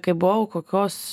kai buvau kokios